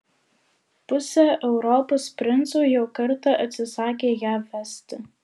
pusė europos princų jau kartą atsisakė ją vesti